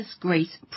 Grace